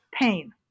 pain